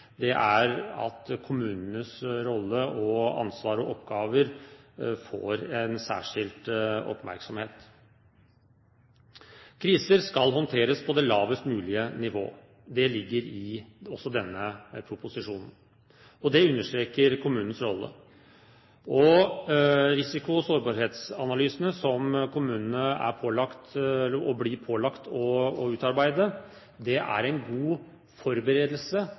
er at kommunenes rolle, ansvar og oppgaver får særskilt oppmerksomhet. Kriser skal håndteres på lavest mulige nivå. Det ligger også i proposisjonen, og kommunens rolle blir understreket. Risiko- og sårbarhetsanalysene som kommunene blir pålagt å utarbeide, er en god forberedelse